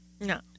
No